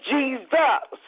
Jesus